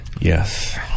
Yes